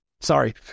Sorry